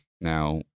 now